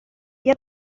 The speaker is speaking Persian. بیا